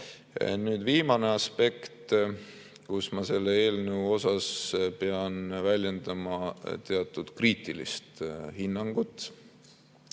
Viimane aspekt, kus ma selle eelnõu kohta pean väljendama teatud kriitilist hinnangut,